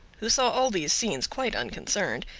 who saw all these scenes quite unconcerned,